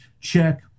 check